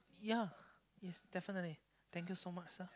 yea yes definitely thank you so much sir